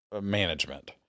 management